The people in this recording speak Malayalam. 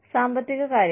സാമ്പത്തിക കാര്യങ്ങൾ